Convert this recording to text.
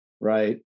right